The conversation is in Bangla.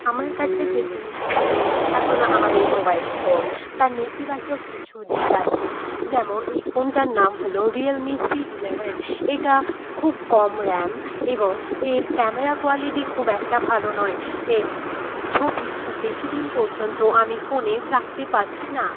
আমার কাছে যে জিনিসটি রয়েছে তা হলো আমার এই মোবাইল ফোন তার নেতিবাচক কিছু দিক আছে যেমন এই ফোনটার নাম হলো রিয়েলমি সি ইলেভেন এটা খুব কম র্যাম এবং এর ক্যামেরা কোয়ালিটি খুব একটা ভালো নয় এর ছবি খুব বেশিদিন পর্যন্ত আমি ফোনে রাখতে পারছি না